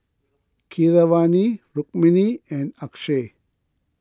Keeravani Rukmini and Akshay